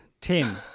Tim